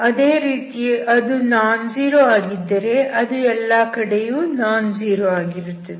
ಅದೇ ರೀತಿ ಅದು ನಾನ್ ಝೀರೋ ಆಗಿದ್ದರೆ ಅದು ಎಲ್ಲಾ ಕಡೆಯೂ ನಾನ್ ಝೀರೋ ಆಗಿರುತ್ತದೆ